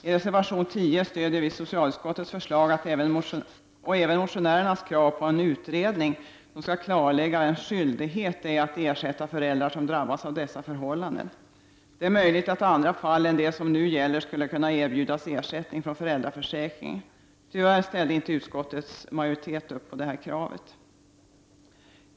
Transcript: I reservation 12 stödjer vi socialutskottets förslag och även motionärernas krav på en utredning som skall klarlägga vems skyldighet det är att ersätta föräldrar som drabbas av dessa förhållanden. Det är möjligt att de i andra fall än de som nu gäller skulle kunna erbjudas ersättning från föräldraförsäkringen. Tyvärr gick inte utskottet med på detta krav.